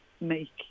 make